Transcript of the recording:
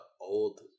old